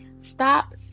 stop